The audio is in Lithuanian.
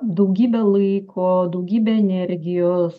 daugybę laiko daugybę energijos